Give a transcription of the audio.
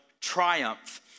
Triumph